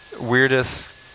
weirdest